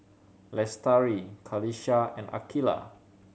Lestari Qalisha and Aqilah